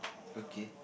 okay